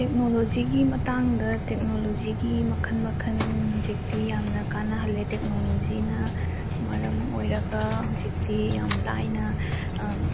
ꯇꯦꯛꯅꯣꯂꯣꯖꯤꯒꯤ ꯃꯇꯥꯡꯗ ꯇꯦꯛꯅꯣꯂꯣꯖꯤꯒꯤ ꯃꯈꯜ ꯃꯈꯜ ꯍꯧꯖꯤꯛꯇꯤ ꯌꯥꯝꯅ ꯀꯥꯟꯅꯍꯜꯂꯦ ꯇꯦꯛꯅꯣꯂꯣꯖꯤꯅ ꯃꯔꯝ ꯑꯣꯏꯔꯒ ꯍꯧꯖꯤꯛꯇꯤ ꯌꯥꯝ ꯂꯥꯏꯅ